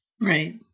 Right